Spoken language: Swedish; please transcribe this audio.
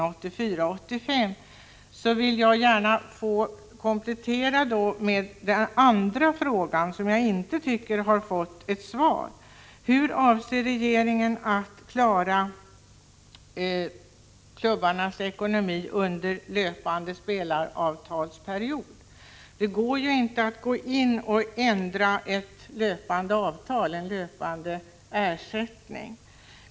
Jag vill då gärna ställa en kompletterande fråga på en punkt där jag inte tycker att det givits något svar: Hur avser regeringen att klara klubbarnas ekonomi under löpande spelaravtalsperiod? Det går ju inte att ändra ett löpande avtal, en löpande ersättning.